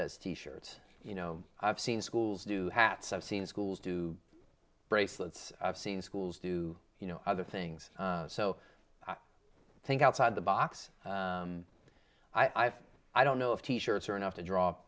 does t shirts you know i've seen schools do hats i've seen schools do bracelets i've seen schools do you know other things so i think outside the box i have i don't know if t shirts are enough to dr